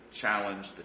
challenge